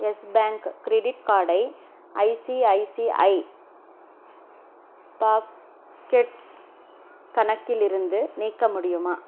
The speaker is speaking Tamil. யெஸ் பேங்க் கிரெடிட் கார்டை ஐசிஐசிஐ பாக்கெட்ஸ் கணக்கிலிருந்து நீக்க முடியுமா